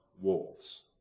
wolves